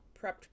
prepped